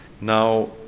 Now